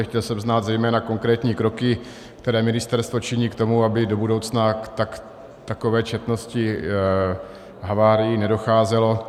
Chtěl jsem znát zejména konkrétní kroky, které ministerstvo činí k tomu, aby do budoucna k takové četnosti havárií nedocházelo.